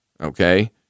okay